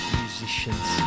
musicians